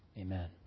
Amen